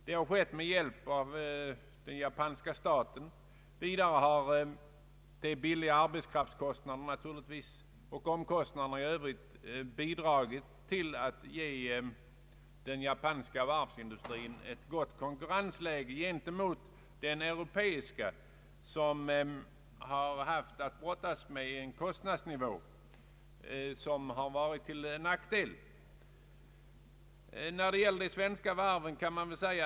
Det har skett med hjälp av den japanska staten, Vidare har de låga arbetskraftskostnaderna och omkostnaderna i övrigt bidragit till att ge den japanska varvsindustrin ett gott konkurrensläge gentemot den europeiska, som har haft att brottas med en kostnadsnivå vilken varit till nackdel.